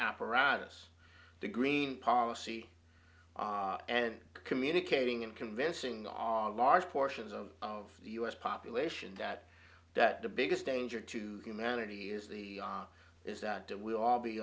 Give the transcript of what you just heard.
apparatus the green policy and communicating and convincing on large portions of of the u s population that that the biggest danger to humanity is the is that that we all be